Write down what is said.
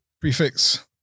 Prefix